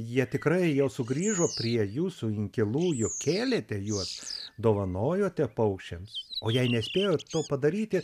jie tikrai jau sugrįžo prie jūsų inkilų juk kėlėte juos dovanojote paukščiam o jei nespėjot to padaryti